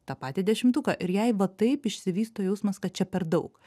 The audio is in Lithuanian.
tą patį dešimtuką ir jai va taip išsivysto jausmas kad čia per daug